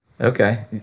Okay